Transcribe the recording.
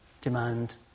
demand